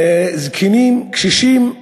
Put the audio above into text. זקנים, קשישים.